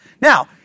Now